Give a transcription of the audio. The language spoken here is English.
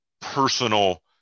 personal